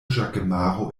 ĵakemaro